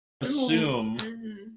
assume